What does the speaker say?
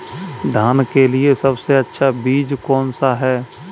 धान के लिए सबसे अच्छा बीज कौन सा है?